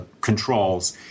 controls